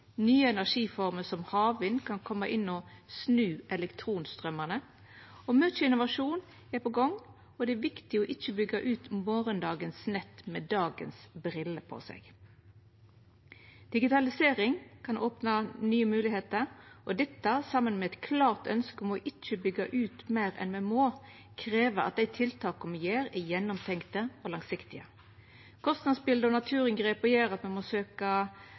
Nye energiformer, som havvind, kan koma inn og snu elektronstraumane. Mykje innovasjon er på gang, og det er viktig ikkje å byggja ut morgondagens nett med dagens briller på seg. Digitalisering kan opna nye moglegheiter. Dette, saman med eit klart ønske om ikkje å byggja ut meir enn me må, krev at dei tiltaka me gjer, er gjennomtenkte og langsiktige. Kostnadsbiletet og naturinngrepa gjer at me må